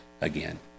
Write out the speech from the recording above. again